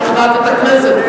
ובוודאי שכנעת את הכנסת.